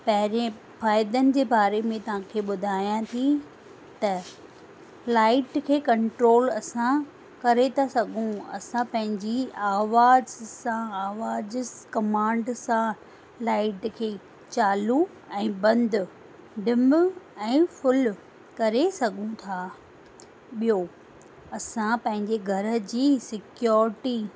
पहिरीं फ़ाइदनि जे बारे में तव्हांखे ॿुधायां थी त लाइट खे कंट्रोल असां करे था सघूं असां पंहिंजी आवाज़ सां आवाज़ कमांड सां लाइट खे चालू ऐं बंदि डिम ऐं फूल करे सघूं था ॿियो असां पंहिंजे घर जी सिक्योरिटी